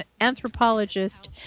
anthropologist